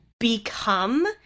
Become